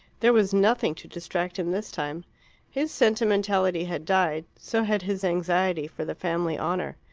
there was nothing to distract him this time his sentimentality had died, so had his anxiety for the family honour.